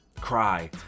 cry